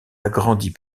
agrandit